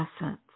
essence